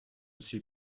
suis